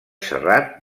serrat